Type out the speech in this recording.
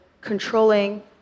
controlling